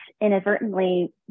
inadvertently